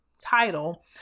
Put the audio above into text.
title